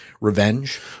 revenge